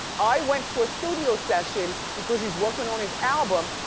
i went to a studio session, because he's working on his album,